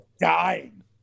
dying